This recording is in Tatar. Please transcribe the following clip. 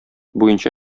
буенча